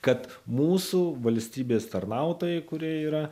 kad mūsų valstybės tarnautojai kurie yra